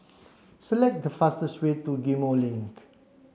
select the fastest way to Ghim Moh Link